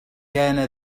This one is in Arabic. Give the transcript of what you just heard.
كان